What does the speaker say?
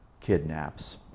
kidnaps